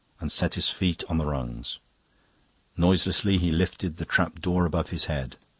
and set his feet on the rungs noiselessly, he lifted the trap-door above his head